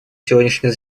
сегодняшнее